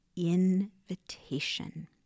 invitation